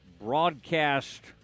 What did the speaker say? broadcast